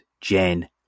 Jen